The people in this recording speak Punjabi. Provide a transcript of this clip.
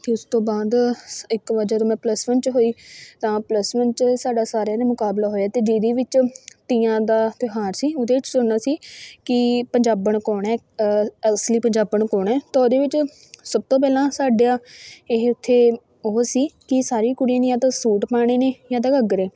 ਅਤੇ ਉਸ ਤੋਂ ਬਾਅਦ ਇੱਕ ਵਾਰ ਜਦੋਂ ਮੈਂ ਪਲੱਸ ਵਨ 'ਚ ਹੋਈ ਤਾਂ ਪਲੱਸ ਵਨ 'ਚ ਸਾਡਾ ਸਾਰਿਆਂ ਦਾ ਮੁਕਾਬਲਾ ਹੋਇਆ ਅਤੇ ਜਿਹਦੇ ਵਿੱਚੋਂ ਤੀਆਂ ਦਾ ਤਿਉਹਾਰ ਸੀ ਉਹਦੇ ਵਿੱਚ ਚੁਣਨਾ ਸੀ ਕਿ ਪੰਜਾਬਣ ਕੌਣ ਹੈ ਅਸਲੀ ਪੰਜਾਬਣ ਕੌਣ ਹੈ ਤਾਂ ਉਹਦੇ ਵਿੱਚ ਸਭ ਤੋਂ ਪਹਿਲਾਂ ਸਾਡਿਆਂ ਇਹ ਉੱਥੇ ਉਹ ਸੀ ਕਿ ਸਾਰੀ ਕੁੜੀਆਂ ਨੇ ਜਾਂ ਤਾਂ ਸੂਟ ਪਾਉਣੇ ਨੇ ਜਾਂ ਤਾਂ ਘੱਗਰੇ